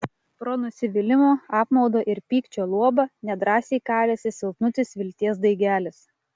pro nusivylimo apmaudo ir pykčio luobą nedrąsiai kalėsi silpnutis vilties daigelis